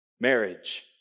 Marriage